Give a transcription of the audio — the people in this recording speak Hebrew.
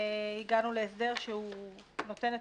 והגענו להסדר שנותן את